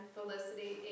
Felicity